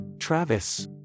Travis